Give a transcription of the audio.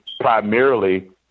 primarily